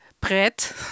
brett